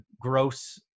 gross